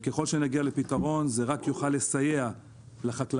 אם נגיע לפתרון זה רק יוכל לסייע לחקלאות,